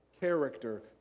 character